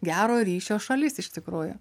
gero ryšio šalis iš tikrųjų